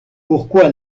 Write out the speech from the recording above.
pourquoi